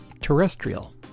terrestrial